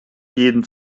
jeden